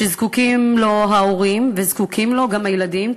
שזקוקים לו ההורים וזקוקים לו גם הילדים,